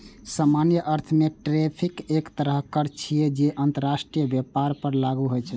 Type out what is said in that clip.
सामान्य अर्थ मे टैरिफ एक तरहक कर छियै, जे अंतरराष्ट्रीय व्यापार पर लागू होइ छै